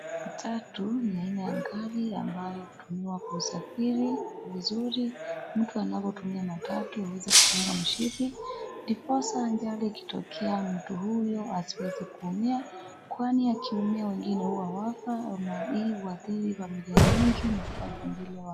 Matatu ni aina ya gari ambayo hutumiwa kusafiri vizuri. Mtu anavyotumia matau aweze kufunga mshipi ndiposa ajali ikitokea mtu huyo asiweze kuumia kwani akiumia wengine huwa wafa na hii huadhiri familia nyingi.